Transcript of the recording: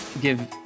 give